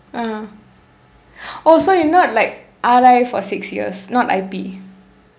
ah oh so you're not like R_I for six years not I_P